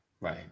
Right